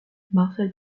marcel